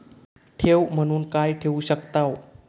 ठेव म्हणून काय ठेवू शकताव?